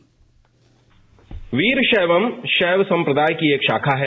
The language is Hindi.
बाइट वीर शैवम शैव संप्रदाय की एक शाखा है